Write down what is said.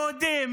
יהודים,